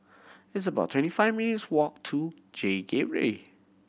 it's about twenty five minutes' walk to J Gateway